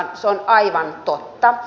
se on aivan totta